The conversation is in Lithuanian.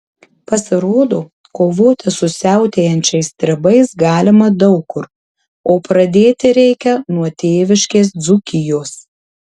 pasirodo kovoti su siautėjančiais stribais galima daug kur o pradėti reikia nuo tėviškės dzūkijos